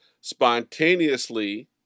spontaneously